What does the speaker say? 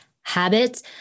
habits